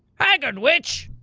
haggard witch!